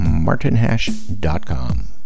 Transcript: martinhash.com